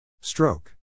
Stroke